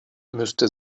müsste